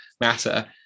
matter